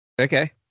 Okay